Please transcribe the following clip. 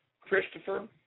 Christopher